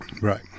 Right